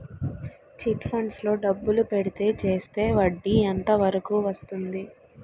Chit funds లో డబ్బులు పెడితే చేస్తే వడ్డీ ఎంత వరకు వస్తుంది?